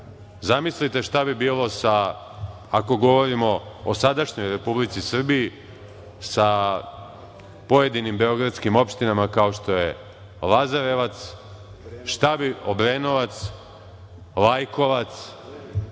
zamislite šta bi bilo sa, ako govorimo o sadašnjoj Republici Srbiji, sa pojedinim beogradskim opštinama kao što je Lazarevac, Obrenovac, Lajkovac,